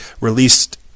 released